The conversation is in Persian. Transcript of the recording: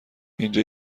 اینجا